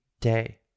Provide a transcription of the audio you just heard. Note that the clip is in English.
day